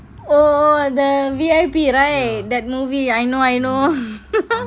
oh the V_I_P right that movie I know I know